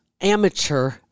amateur